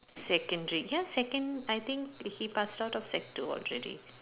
secondary ya second I think he passed out of sec two already